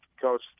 coach